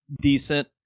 decent